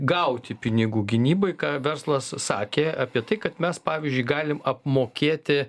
gauti pinigų gynybai ką verslas sakė apie tai kad mes pavyzdžiui galim apmokėti